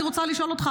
אני רוצה לשאול אותך,